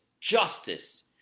justice